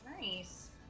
Nice